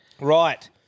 Right